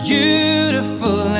Beautiful